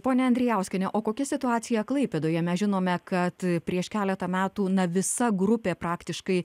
ponia andrijauskiene o kokia situacija klaipėdoje mes žinome kad prieš keletą metų na visa grupė praktiškai